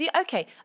Okay